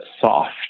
soft